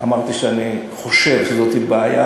אמרתי שאני חושב שזאת בעיה